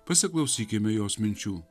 pasiklausykime jos minčių